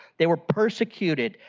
they were persecuted,